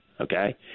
okay